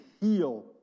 heal